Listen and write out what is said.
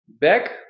back